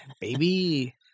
Baby